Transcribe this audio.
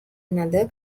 another